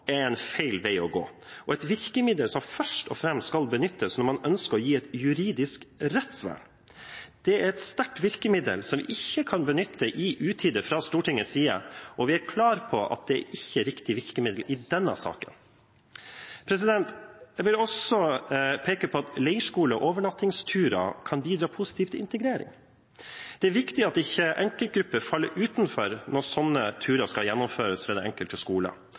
er en feil vei å gå, det er et virkemiddel som først og fremst skal benyttes når man ønsker å gi et juridisk rettsvern. Det er et sterkt virkemiddel som vi ikke kan benytte i utide fra Stortingets side, og vi er klar på at det ikke er riktig virkemiddel i denne saken. Jeg vil også peke på at leirskole og overnattingsturer kan bidra positivt til integrering. Det er viktig at ikke enkeltgrupper faller utenfor når sånne turer skal gjennomføres ved den enkelte skole.